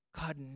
God